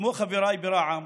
כמו חבריי ברע"מ,